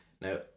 Now